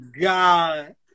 God